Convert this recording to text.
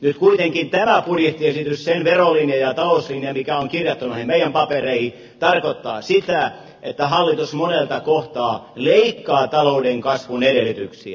nyt kuitenkin tämä budjettiesitys sen verolinja ja talouslinja mikä on kirjattu noihin meidän papereihimme tarkoittaa sitä että hallitus monelta kohtaa leikkaa talouden kasvun edellytyksiä